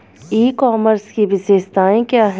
ई commerce की विशेषताएं क्या हैं?